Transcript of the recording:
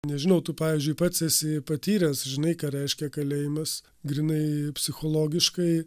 nežinau tu pavyzdžiui pats esi patyręs žinai ką reiškia kalėjimas grynai psichologiškai